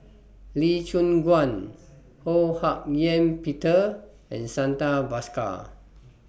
Lee Choon Guan Ho Hak Ean Peter and Santha Bhaskar